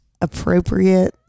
appropriate